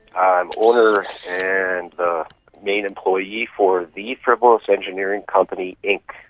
i'm owner and the main employee for the frivolous engineering company inc,